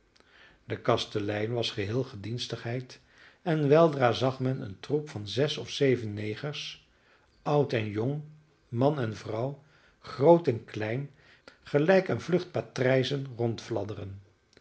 de kastelein was geheel gedienstigheid en weldra zag men een troep van zes of zeven negers oud en jong man en vrouw groot en klein gelijk een vlucht patrijzen